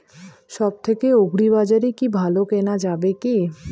সব থেকে আগ্রিবাজারে কি ভালো কেনা যাবে কি?